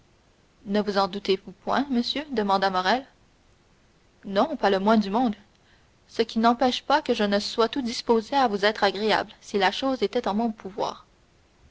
ne vous en doutez-vous point monsieur demanda morrel non pas le moins du monde ce qui n'empêche pas que je ne sois tout disposé à vous être agréable si la chose était en mon pouvoir